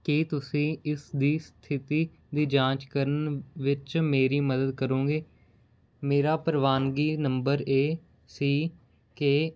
ਕੀ ਤੁਸੀਂ ਇਸ ਦੀ ਸਥਿਤੀ ਦੀ ਜਾਂਚ ਕਰਨ ਵਿੱਚ ਮੇਰੀ ਮਦਦ ਕਰੋਗੇ ਮੇਰਾ ਪ੍ਰਵਾਨਗੀ ਨੰਬਰ ਏ ਸੀ ਕੇ